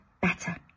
better